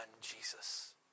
Jesus